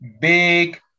big